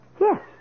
Yes